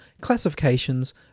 classifications